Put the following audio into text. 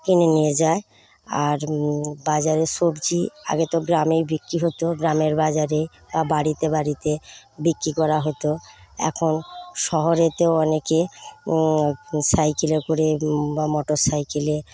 কিনে নিয়ে যায় আর বাজারে সবজি আগে তো গ্রামে বিক্রি হত গ্রামের বাজারে বা বাড়িতে বাড়িতে বিক্রি করা হত এখন শহরেও অনেকে সাইকেলে করে বা মোটর সাইকেলে